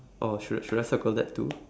orh should should I circle that too